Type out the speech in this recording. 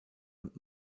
und